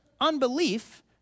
Unbelief